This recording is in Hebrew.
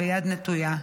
ביד נטויה".